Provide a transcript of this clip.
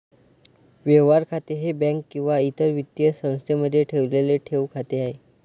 व्यवहार खाते हे बँक किंवा इतर वित्तीय संस्थेमध्ये ठेवलेले ठेव खाते आहे